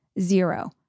Zero